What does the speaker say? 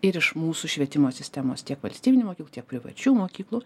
ir iš mūsų švietimo sistemos tiek valstybinių mokyklų tiek privačių mokyklų